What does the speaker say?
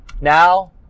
now